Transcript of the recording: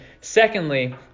secondly